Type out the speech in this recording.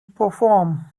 perform